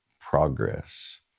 progress